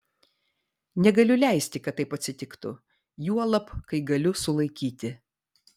negaliu leisti kad taip atsitiktų juolab kai galiu sulaikyti